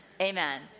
Amen